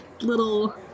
little